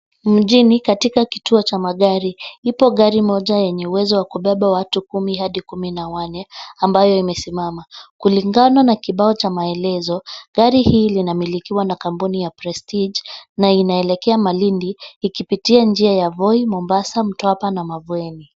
Mjini katika kituo cha magari, ipo gari moja yenye uwezo wa kubeba watu kumi hadi kumi na wanne ambayo imesimama. Kulingana na kibao cha maelezo gari hii linamilikiwa na kampuni ya Prestige na inaelekea Malindi ikipitia njia ya Voi, Mombasa, Mtwapa na Mavueni.